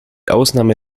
ausnahme